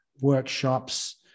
workshops